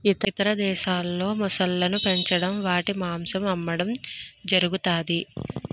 ఇతర దేశాల్లో మొసళ్ళను పెంచడం వాటి మాంసం అమ్మడం జరుగుతది